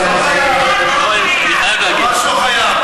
אתה לא חייב.